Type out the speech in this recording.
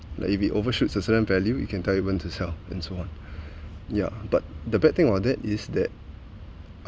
like if it overshoots a certain value it can tell you when to sell and so on yeah but the bad thing on that is that